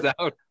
out